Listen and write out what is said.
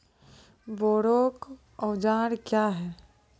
बोरेक औजार क्या हैं?